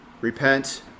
Repent